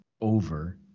over